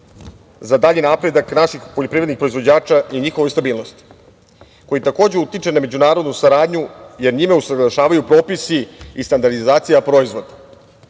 za dalji napredak naših poljoprivrednih proizvođača i njihove stabilnosti, koji takođe utiče na međunarodnu saradnju, jer se njime usaglašavaju propisi i standardizacija proizvoda.U